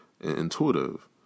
intuitive